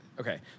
Okay